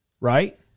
right